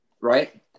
right